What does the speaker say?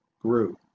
grew